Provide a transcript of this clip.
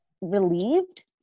relieved